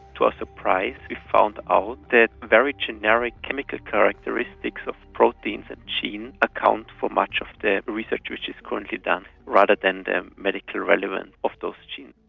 to our surprise we found out that very generic chemical characteristics of proteins and genes account for much of the research which is currently done rather than the medical relevance of those genes.